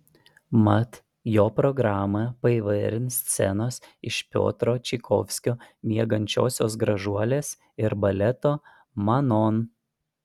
mat jo programą paįvairins scenos iš piotro čaikovskio miegančiosios gražuolės ir baleto manon